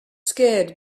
scared